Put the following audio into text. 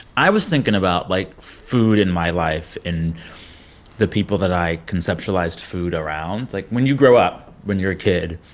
i was thinking about, like, food in my life and the people that i conceptualized food around like, when you grow up, when you're a kid,